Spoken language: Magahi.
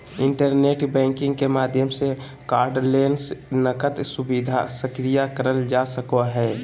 इंटरनेट बैंकिंग के माध्यम से कार्डलेस नकद सुविधा सक्रिय करल जा सको हय